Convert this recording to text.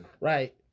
Right